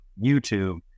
YouTube